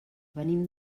venim